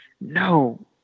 No